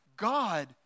God